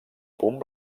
punt